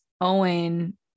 Owen